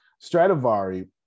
Stradivari